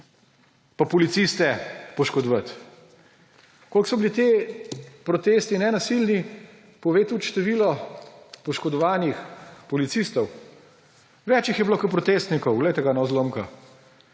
pa policiste poškodovati. Koliko so bili ti protesti nenasilni, pove tudi število poškodovanih policistov. Več jih je bilo kot protestnikov. Poglejte ga no, zlomka!